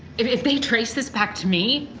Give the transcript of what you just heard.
if if they trace this back to me?